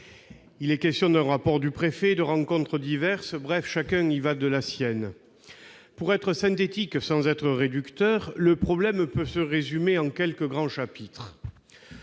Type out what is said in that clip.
Il est question d'un rapport du préfet, de rencontres diverses ; bref, chacun y va de la sienne. Pour être synthétique sans être réducteur, le problème peut se résumer en quelques grands points.